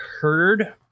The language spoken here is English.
heard